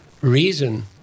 reason